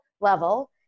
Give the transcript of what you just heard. level